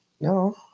No